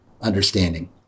understanding